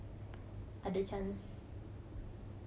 ada chance